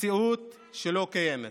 מציאות שלא קיימת,